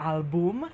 Album